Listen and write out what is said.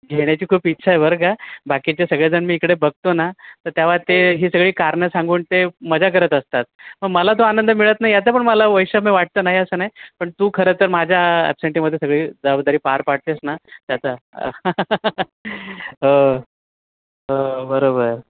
घेण्याची खूप इच्छा आहे बरं का बाकीचे सगळेजण मी इकडे बघतो ना तर तेव्हा ते ही सगळी कारणं सांगून ते मजा करत असतात पण मला तो आनंद मिळत नाही याचं पण मला वैष्यम्य वाटतं नाही असं नाही पण तू खरं तर माझ्या ॲब्सेंटीमध्ये सगळी जबबादारी पार पाडतेस ना त्याचा हो हो बरोबर